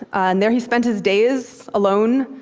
and there he spent his days alone,